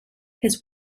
his